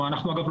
אגב,